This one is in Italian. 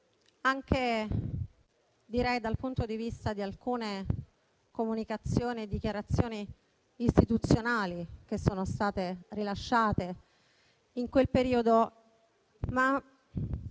anche dal punto di vista di alcune comunicazioni e dichiarazioni istituzionali che sono state rilasciate in quel periodo. Ma